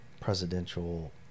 presidential